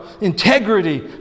integrity